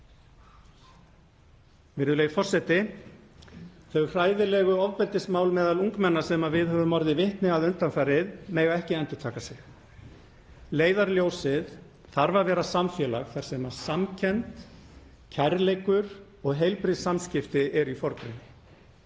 Virðulegi forseti. Þau hræðilegu ofbeldismál meðal ungmenna sem við höfum orðið vitni að undanfarið mega ekki endurtaka sig. Leiðarljósið þarf að vera samfélag þar sem samkennd, kærleikur og heilbrigð samskipti eru í forgrunni.